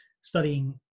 studying